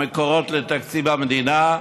מהמקורות לתקציב המדינה,